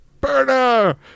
burner